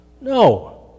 no